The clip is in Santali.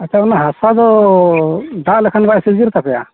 ᱱᱮᱛᱟᱨ ᱢᱟᱱᱮ ᱦᱟᱥᱟ ᱫᱚ ᱫᱟᱜ ᱞᱮᱠᱷᱟᱱ ᱵᱟᱭ ᱛᱟᱯᱮᱭᱟ